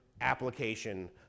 application